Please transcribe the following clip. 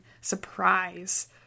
surprise